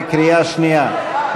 בקריאה שנייה.